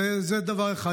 זה דבר אחד,